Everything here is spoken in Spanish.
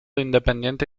independiente